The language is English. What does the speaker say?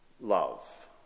Love